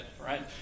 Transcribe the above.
right